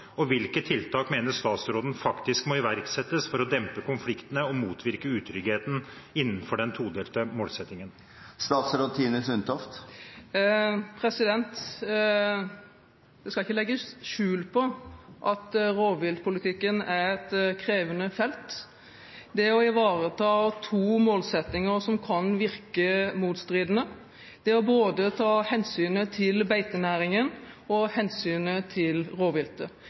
og hvilke tiltak mener statsråden faktisk må iverksettes for å dempe konfliktene og motvirke utryggheten innenfor den todelte målsettingen? Det skal ikke legges skjul på at rovviltpolitikken er et krevende felt: Det å ivareta to målsettinger som kan virke motstridende, det å både ta hensyn til beitenæringen og ta hensyn til rovviltet.